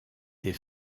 des